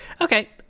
Okay